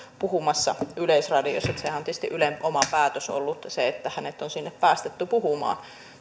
puhumassa yleisradiossa sehän on tietysti ylen oma päätös ollut että hänet on sinne päästetty puhumaan